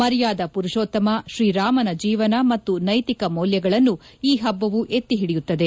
ಮರ್ಯಾದ ಪುರುಷೋತ್ತಮ ಶ್ರೀರಾಮನ ಜೀವನ ಮತ್ತು ನೈತಿಕ ಮೌಲ್ಯಗಳನ್ನು ಈ ಹಬ್ಬವು ಎತ್ತಿಹಿಡಿಯುತ್ತದೆ